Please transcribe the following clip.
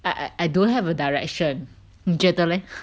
I I don't have a direction 你觉得 leh